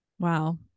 Wow